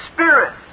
Spirit